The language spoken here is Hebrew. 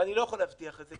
ואני לא יכול להבטיח את זה,